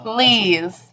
Please